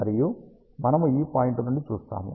మరియు మనము ఈ పాయింట్ నుండి చూస్తాము